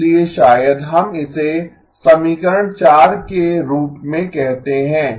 इसलिए शायद हम इसे समीकरण 4 के रूप में कहते हैं